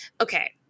Okay